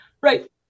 right